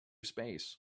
space